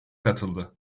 katıldı